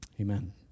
Amen